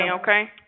okay